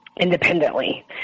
independently